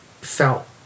felt